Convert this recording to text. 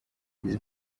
izi